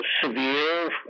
severe